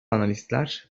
analistler